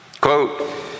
quote